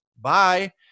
Bye